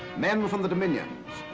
men from the dominions,